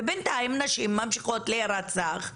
ובינתיים נשים ממשיכות להירצח.